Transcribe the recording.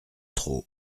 trop